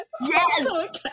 Yes